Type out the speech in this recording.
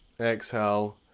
exhale